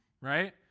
right